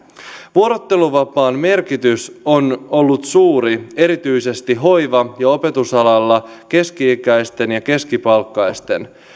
vuorotteluvapaan merkitys on ollut suuri erityisesti hoiva ja opetusalalla keski ikäisten ja keskipalkkaisten